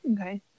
Okay